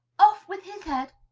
off with his head!